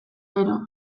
gero